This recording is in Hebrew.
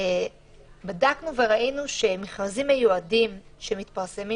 בדקנו וראינו שמכרזים מיועדים שמתפרסמים